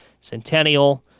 Centennial